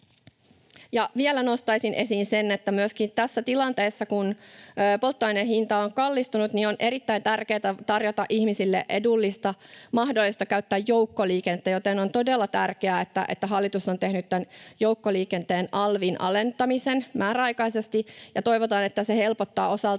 Vielä nostaisin esiin sen, että myöskin tässä tilanteessa, kun polttoaineen hinta on kallistunut, on erittäin tärkeätä tarjota ihmisille edullista mahdollisuutta käyttää joukkoliikennettä, joten on todella tärkeää, että hallitus on tehnyt tämän joukkoliikenteen alvin alentamisen määräaikaisesti. Toivotaan, että se helpottaa osaltaan